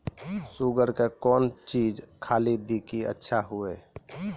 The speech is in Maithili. शुगर के कौन चीज खाली दी कि अच्छा हुए?